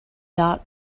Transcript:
dot